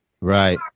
Right